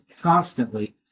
constantly